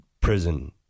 prison